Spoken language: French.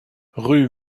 rue